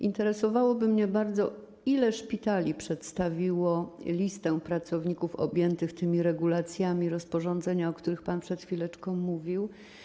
Interesowałoby mnie bardzo to, ile szpitali przedstawiło listę pracowników objętych tymi regulacjami rozporządzenia, o których pan przed chwileczką mówił.